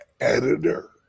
editor